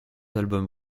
albums